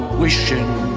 wishing